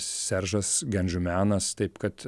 seržas gandžumianas taip kad